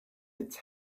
its